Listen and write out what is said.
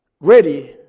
ready